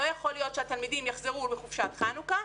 לא יכול להיות שהתלמידים יחזרו מחופשת חנוכה,